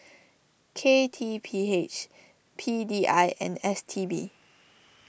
K T P H P D I and S T B